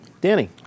Danny